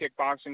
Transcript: kickboxing